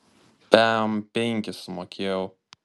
pem penkis sumokėjau